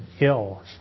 ill